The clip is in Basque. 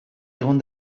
egon